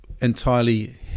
entirely